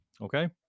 okay